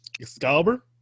Excalibur